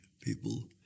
people